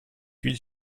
huile